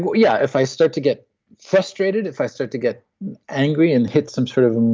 but yeah if i start to get frustrated, if i start to get angry and hit some sort of.